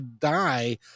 die